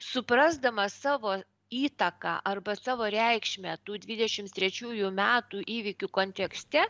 suprasdamas savo įtaką arba savo reikšmę tų dvidešimts trečiųjų metų įvykių kontekste